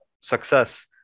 success